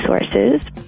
resources